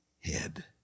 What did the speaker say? head